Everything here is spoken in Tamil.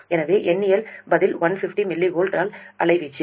எனவே எண்ணியல் பதில் 150 mV இல் அலைவீச்சு